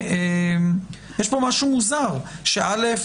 בעבודה שעשינו מאז הדיון הקודם לדיון היום,